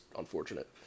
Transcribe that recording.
unfortunate